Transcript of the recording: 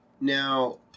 Now